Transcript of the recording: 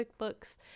QuickBooks